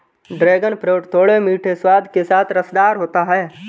dragon fruit थोड़े मीठे स्वाद के साथ रसदार होता है